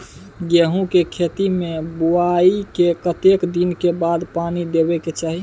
गेहूँ के खेती मे बुआई के कतेक दिन के बाद पानी देबै के चाही?